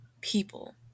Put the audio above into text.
people